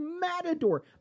Matador